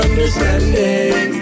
understanding